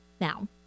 Now